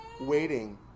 waiting